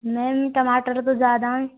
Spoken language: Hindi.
मैम टमाटर तो ज़्यादा हैं